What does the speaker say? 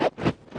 אבל